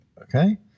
okay